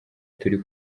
turi